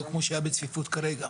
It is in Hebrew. לא כמו שהיה בצפיפות כרגע.